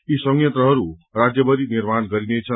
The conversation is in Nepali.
यी संचन्त्रहरू राज्यभरि निर्माण गरिने छन्